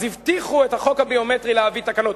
אז הבטיחו בחוק הביומטרי להביא תקנות.